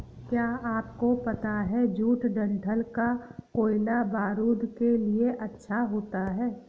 क्या आपको पता है जूट डंठल का कोयला बारूद के लिए अच्छा होता है